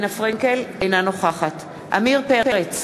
אינה נוכחת עמיר פרץ,